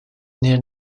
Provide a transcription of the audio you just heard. near